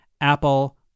Apple